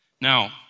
Now